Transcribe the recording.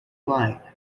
line